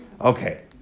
Okay